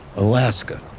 alaska.